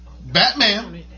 Batman